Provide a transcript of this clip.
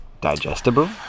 digestible